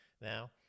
now